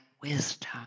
wisdom